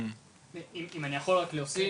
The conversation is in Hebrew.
אם אני יכול רק להוסיף.